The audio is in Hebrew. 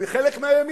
ומחלק מהימין.